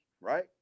right